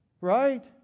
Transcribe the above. right